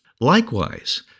Likewise